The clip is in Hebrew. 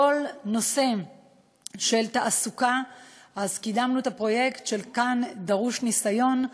בכל הנושא של התעסוקה קידמנו את הפרויקט "כאן דרוש ניסיון".